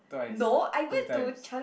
twice three times